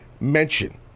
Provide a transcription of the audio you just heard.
mention